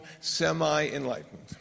semi-enlightened